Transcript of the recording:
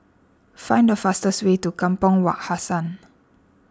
find the fastest way to Kampong Wak Hassan